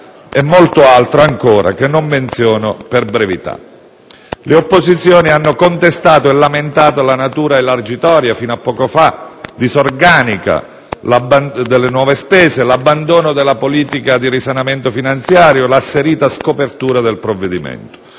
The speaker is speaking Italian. e molto altro ancora che non menziono per brevità. Le opposizioni hanno contestato e lamentato fino a poco tempo fa la natura elargitoria e disorganica delle nuove spese, l'abbandono della politica di risanamento finanziario, l'asserita scopertura del provvedimento.